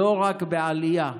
לא רק בעלייה,